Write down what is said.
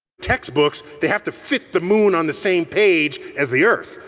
textbooks, they have to fit the moon on the same page as the earth.